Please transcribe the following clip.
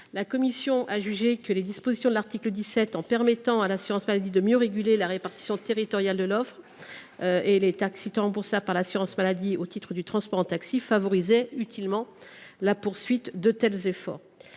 La commission a jugé que les dispositions de l’article 17, en permettant à l’assurance maladie de mieux réguler la répartition territoriale de l’offre et les tarifs remboursables au titre des transports en taxi, favorisaient utilement la poursuite de tels efforts.